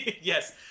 yes